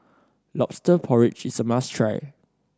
Lobster Porridge is a must try